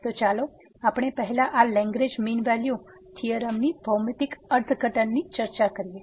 તો ચાલો આપણે પહેલા આ Lagrange mean value mean value થીયોરમની ભૌમિતિક અર્થઘટનની ચર્ચા કરીએ